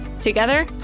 Together